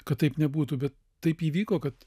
kad taip nebūtų bet taip įvyko kad